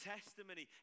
Testimony